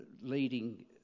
leading